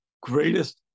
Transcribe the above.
greatest